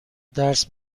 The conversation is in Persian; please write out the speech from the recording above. درس